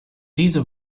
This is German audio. diese